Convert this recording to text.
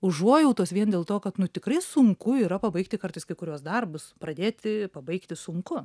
užuojautos vien dėl to kad nu tikrai sunku yra pabaigti kartais kai kuriuos darbus pradėti pabaigti sunku